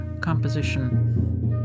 composition